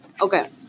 Okay